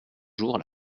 jours